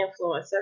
influencer